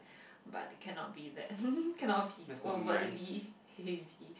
but cannot be that cannot be overly heavy